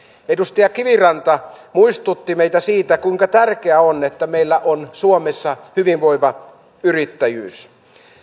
edustaja kiviranta muistutti meitä siitä kuinka tärkeää on että meillä on suomessa hyvinvoiva yrittäjyys